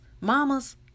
Mamas